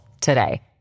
today